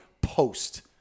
post